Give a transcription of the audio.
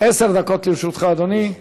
עשר דקות לרשותך, אדוני.